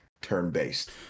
turn-based